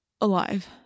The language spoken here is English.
Alive